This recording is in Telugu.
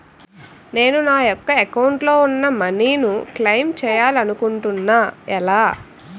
నేను నా యెక్క అకౌంట్ లో ఉన్న మనీ ను క్లైమ్ చేయాలనుకుంటున్నా ఎలా?